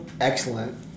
excellent